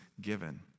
given